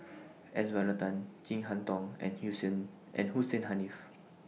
S Varathan Chin Harn Tong and and Hussein Haniff